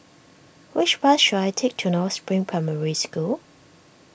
which bus should I take to North Spring Primary School